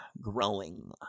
growing